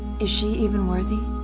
is she even worthy?